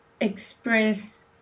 express